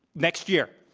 next year.